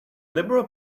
liberal